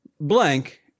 blank